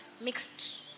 mixed